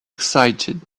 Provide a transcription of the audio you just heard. excited